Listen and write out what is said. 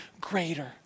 greater